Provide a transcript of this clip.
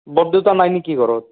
বৰদেউতা নাই নেকি ঘৰত